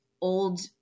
old